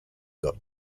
got